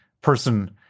person